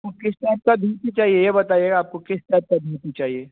आपको किस टाइप की धोती चाहिए यह बताइए आपको किस टाइप की धोती चाहिए